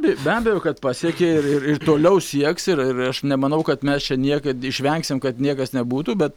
be abejo kad pasiekė ir ir toliau sieks ir ir aš nemanau kad mes čia niekad išvengsim kad niekas nebūtų bet